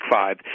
Five